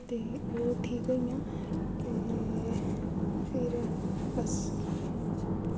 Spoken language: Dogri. ते ओह् ठीक होइयां ते फिर बस